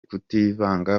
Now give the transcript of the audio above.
kutivanga